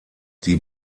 die